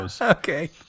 Okay